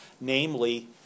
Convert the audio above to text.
namely